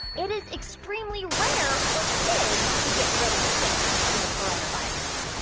it is extremely rare for kids to get really sick from the coronavirus?